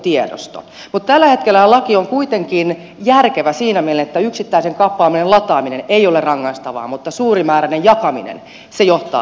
mutta tällä hetkellähän laki on kuitenkin järkevä siinä mielessä että yksittäisen kappaleen lataaminen ei ole rangaistavaa mutta suurimääräinen jakaminen johtaa hyvitysvelvollisuuteen